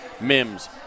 Mims